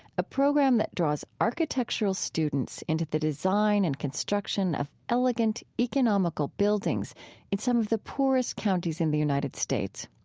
a program that draws architectural students into the design and construction of elegant, economical buildings in some of the poorest counties in the united states.